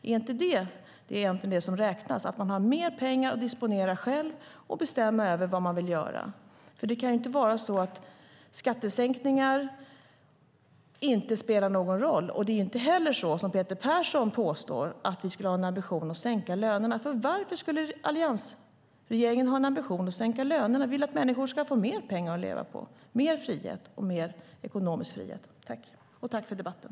Är det inte egentligen detta som räknas - att man har mer pengar att disponera själv och att man kan bestämma över vad man vill göra med dem? Det kan inte vara så att skattesänkningar inte spelar någon roll. Det är inte heller så som Peter Persson påstår - att vi skulle ha en ambition att sänka lönerna. Varför skulle alliansregeringen ha en ambition att sänka lönerna? Vi vill att människor ska få mer pengar att leva på, större frihet och mer ekonomisk frihet. Tack för debatten!